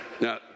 Now